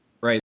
Right